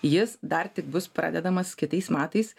jis dar tik bus pradedamas kitais metais